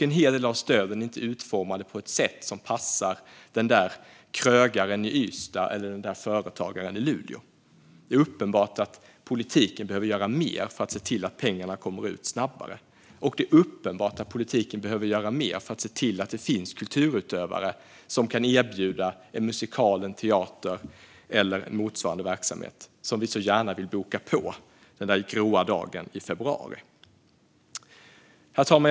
En hel del av stöden är inte utformade på ett sätt som passar krögaren i Ystad eller företagaren i Luleå. Det är uppenbart att politiken behöver göra mer för att se till att pengarna kommer ut snabbare. Och det är uppenbart att politiken behöver göra mer för att se till att det finns kulturutövare som kan erbjuda en musikal, en teater eller motsvarande verksamhet som vi så gärna vill boka en biljett till den där gråa dagen i februari. Herr talman!